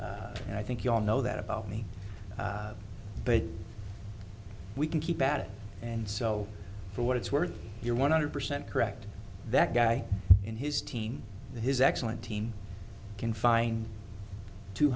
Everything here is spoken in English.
and i think you all know that about me but we can keep at it and so for what it's worth you're one hundred percent correct that guy and his team his excellent team can find two